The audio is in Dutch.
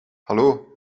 hallo